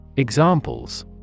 Examples